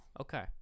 Okay